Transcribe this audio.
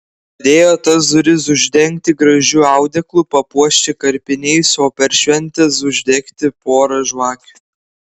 žadėjo tas duris uždengti gražiu audeklu papuošti karpiniais o per šventes uždegti porą žvakių